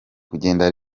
kugenda